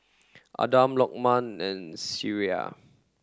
Adam Lokman and Syirah